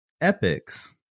epics